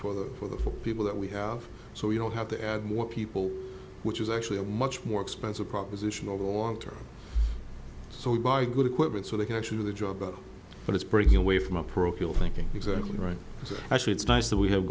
for the for the people that we have so we don't have to add more people which is actually a much more expensive proposition over the long term so by good equipment so they can actually do the job but it's breaking away from a parochial thinking exactly right so actually it's nice that we have